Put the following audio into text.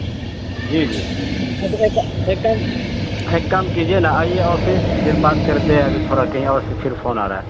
جی جی اچھا ایک ایک کام ایک کام کیجیے نا آئیے آفس پھر بات کرتے ہیں ابھی تھوڑا کہیں اور سے پھر فون آ رہا ہے